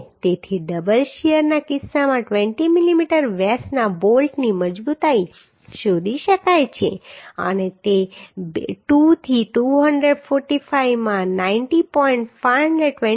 તેથી ડબલ શીયરના કિસ્સામાં 20 મીમી વ્યાસના બોલ્ટની મજબૂતાઈ શોધી શકાય છે અને તે 2 થી 245 માં 90